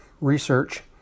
Research